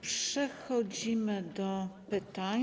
Przechodzimy do pytań.